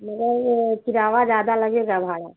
मगर ये किराया ज्यादा लगेगा भाड़ा